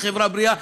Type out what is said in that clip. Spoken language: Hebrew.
כחברה בריאה,